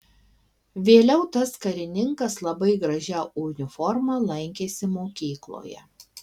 vėliau tas karininkas labai gražia uniforma lankėsi mokykloje